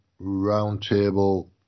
Roundtable